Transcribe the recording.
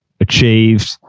achieved